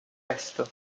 presto